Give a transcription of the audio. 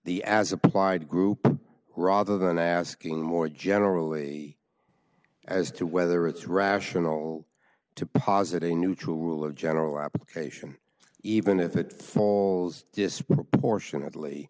the as applied group rather than asking more generally as to whether it's rational to posit a new tool or general application even if it falls disproportionately